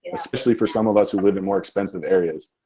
especially for some of us who live in more expensive areas.